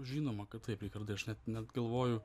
žinoma kad taip tai aš net net galvoju